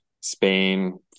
Spain